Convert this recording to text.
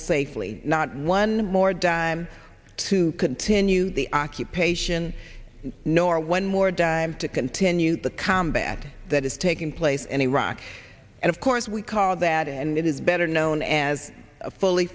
safely not one more dime to continue the occupation nor one more dime to continue the combat that is taking place in iraq and of course we called that and it is better known as a fully